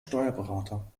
steuerberater